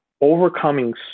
overcoming